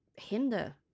hinder